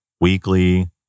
weekly